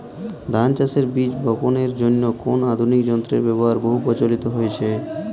ধান চাষের বীজ বাপনের জন্য কোন আধুনিক যন্ত্রের ব্যাবহার বহু প্রচলিত হয়েছে?